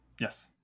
Yes